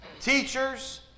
teachers